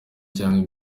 cyangwa